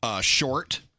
Short